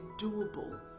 doable